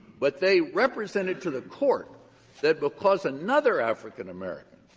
but they represented to the court that because another african-american,